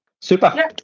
Super